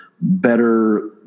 Better